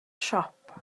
siop